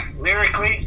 Lyrically